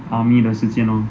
army 的时间 lor